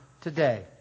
today